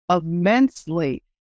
immensely